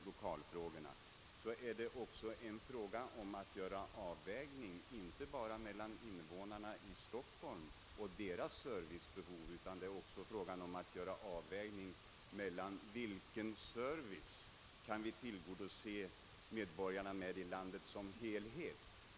Men herr Thunborg borde nog tänka på att det också är fråga om att Söra en avvägning inte bara mellan invånarna i olika delar av Stockholm och deras servicebehov; vi måste också ta hänsyn till vilken service vi kan ge medborgarna i landet som helhet.